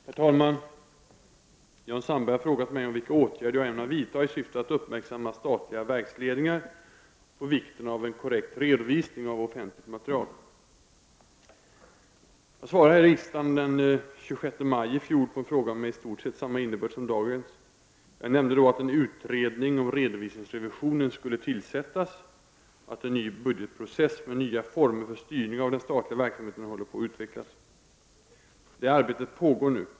Herr talman! Jan Sandberg har frågat mig om vilka åtgärder jag ämnar vidta i syfte att uppmärksamma statliga verksledningar på vikten av en korrekt redovisning av offentliga medel. Jag svarade här i riksdagen den 26 maj i fjol på en fråga med i stort sett samma innebörd som dagens. Jag nämnde då att en utredning om redovisningsrevisionen skulle tillsättas och att en ny budgetprocess med ny former för styrning av den statliga verksamheten håller på att utvecklas. Detta arbete pågår nu.